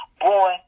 boy